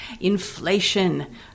inflation